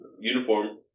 uniform